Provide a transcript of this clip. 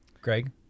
Greg